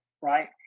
Right